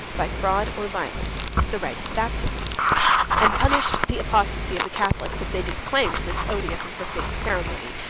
by fraud or violence, the rites of baptism and punished the apostasy of the catholics, if they disclaimed this odious and profane ceremony,